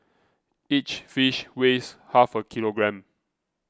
each fish weighs half a kilogram